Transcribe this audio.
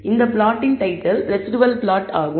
இந்த பிளாட்டின் title residual plot ஆகும்